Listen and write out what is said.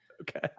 Okay